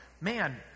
man